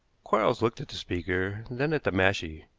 quarles looked at the speaker, then at the mashie.